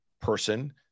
person